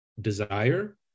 desire